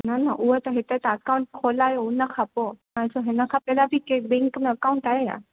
न न उहो त हिते तव्हां अकाउंट खोलायो उन खां पोइ हाणे ॾिसो हिन खां पहिरां बि कंहिं बैंक में अकाउंट आहे छा